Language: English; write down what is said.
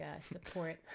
support